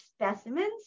specimens